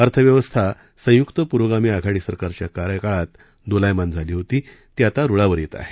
अर्थव्यवस्था संयुक्त पुरोगामी आघाडी सरकारच्या कार्यकाळात दोलायमान झाली होती ती आता रुळावर येत आहे